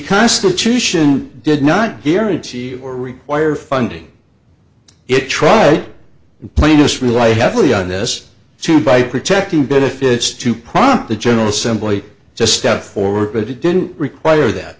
constitution did not hear it see or require funding it troy plainness rely heavily on this too by protecting benefits to prompt the general assembly to step forward but it didn't require that